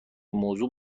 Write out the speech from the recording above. موضوع